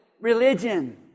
religion